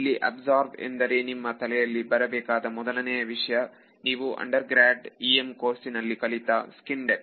ಇಲ್ಲಿ ಅಬ್ಸಾರ್ಬ್ ಎಂದರೆ ನಿಮ್ಮ ತಲೆಯಲ್ಲಿ ಬರಬೇಕಾದ ಮೊದಲನೆಯ ವಿಷಯ ನೀವು ಅಂಡರ್ಗ್ರಾಡ್ನ EM ಕೋರ್ಸಿನಲ್ಲಿ ಕಲಿತ ಸ್ಕಿನ್ ದೆಪ್ತ್